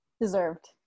Deserved